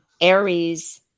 Aries